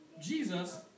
Jesus